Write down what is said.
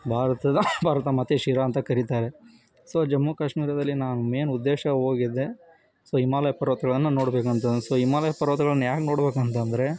ಭಾರತದ ಭಾರತ ಮಾತೆಯ ಶಿರ ಅಂತ ಕರಿತಾರೆ ಸೊ ಜಮ್ಮು ಕಾಶ್ಮೀರದಲ್ಲಿ ನಾನು ಮೇನ್ ಉದ್ದೇಶ ಹೋಗಿದ್ದೆ ಸೊ ಹಿಮಾಲಯ ಪರ್ವತಗಳನ್ನು ನೋಡಬೇಕಂತ ಅನ್ನಿಸ್ತು ಹಿಮಾಲಯ ಪರ್ವತಗಳನ್ನ ಯಾಕೆ ನೋಡಬೇಕು ಅಂತ ಅಂದ್ರೆ